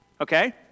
Okay